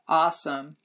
awesome